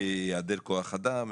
היעדר כוח אדם,